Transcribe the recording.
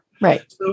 Right